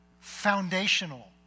foundational